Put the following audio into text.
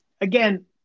Again